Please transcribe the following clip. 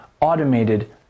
automated